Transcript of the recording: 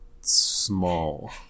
small